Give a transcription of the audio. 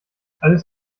alles